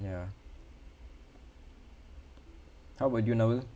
ya how about you navel